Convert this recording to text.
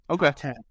Okay